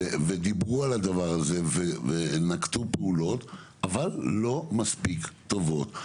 דיברו על הדבר הזה ונקטו פעולות אבל לא מספיק טובות.